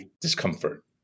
discomfort